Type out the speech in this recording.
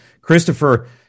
Christopher